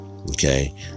okay